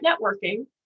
networking